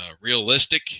realistic